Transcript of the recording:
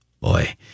Boy